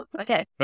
Okay